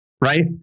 Right